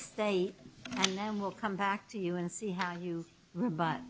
state and then we'll come back to you and see how you rebut